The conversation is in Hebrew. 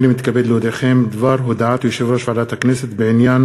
הנני מתכבד להודיעכם בדבר הודעת יושב-ראש ועדת הכנסת בעניין